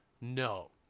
No